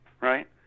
right